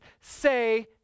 say